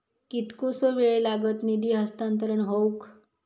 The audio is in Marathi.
कितकोसो वेळ लागत निधी हस्तांतरण हौक?